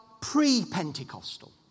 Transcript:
pre-Pentecostal